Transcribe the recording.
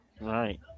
Right